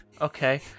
Okay